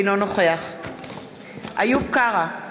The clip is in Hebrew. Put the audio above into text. אינו נוכח איוב קרא,